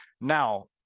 Now